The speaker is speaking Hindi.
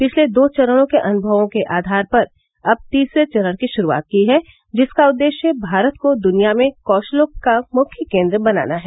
पिछले दो चरणों के अनुभवों के आधार पर अब तीसरे चरण की शुरुआत की है जिसका उद्देश्य भारत को दुनिया में कौशलों का मुख्य केंद्र बनाना है